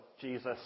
Jesus